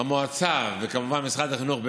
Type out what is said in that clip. המועצה וכמובן משרד החינוך,